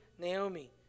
Naomi